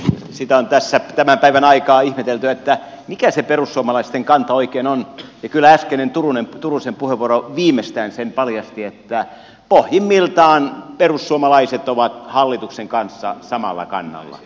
sitä on tässä tämän päivän aikaan ihmetelty mikä se perussuomalaisten kanta oikein on ja kyllä äskeinen turusen puheenvuoro viimeistään sen paljasti että pohjimmiltaan perussuomalaiset ovat hallituksen kanssa samalla kannalla